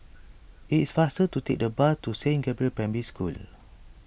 it is faster to take the bus to Saint Gabriel's Primary School